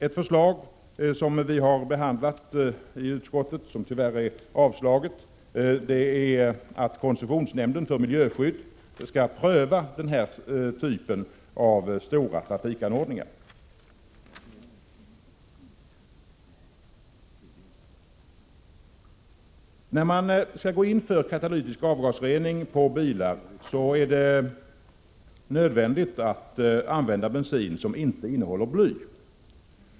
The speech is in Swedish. Ett förslag som behandlats i utskottet och som utskottet tyvärr avstyrkte är att koncessionsnämnden för miljöskydd skulle pröva denna typ av stora trafikanordningar. När man skall gå in för katalytisk avgasrening på bilar är det nödvändigt att använda bensin som inte innehåller bly.